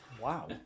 Wow